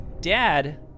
Dad